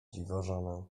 dziwożonę